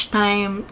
time